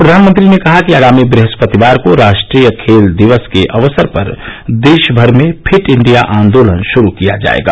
प्रधानमंत्री ने कहा कि आगामी बृहस्पतिवार को राष्ट्रीय खेल दिवस के अवसर पर देश भर में फिट इंडिया आंदोलन शुरू किया जाएगा